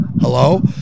Hello